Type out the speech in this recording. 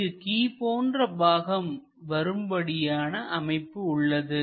இங்கு கி போன்ற பாகம் வரும்படியான அமைப்பு உள்ளது